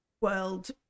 world